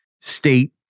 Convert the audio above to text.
state